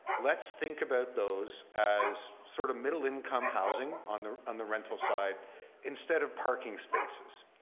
let's think about those as sort of middle income housing on the on the rental side instead of parking spaces.